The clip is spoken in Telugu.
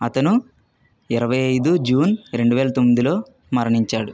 అతను ఇరవై ఐదు జూన్ రెండు వేల తొమ్మిది లో మరణించాడు